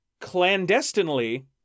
clandestinely